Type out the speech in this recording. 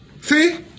see